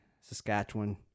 Saskatchewan